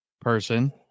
person